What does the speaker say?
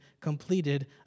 completed